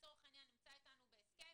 לצורך העניין נמצא אתנו בהסכם,